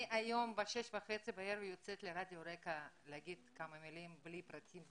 אני היום בשש וחצי בערב יוצאת ל"רדיו רקע" להגיד כמה מילים בלי פרטים,